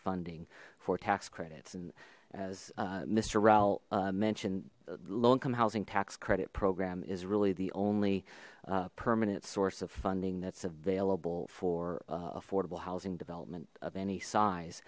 funding for tax credits and as mister ral mentioned low income housing tax credit program is really the only permanent source of funding that's available for affordable housing development of any size